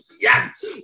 yes